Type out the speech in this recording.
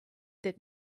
that